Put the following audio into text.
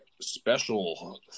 special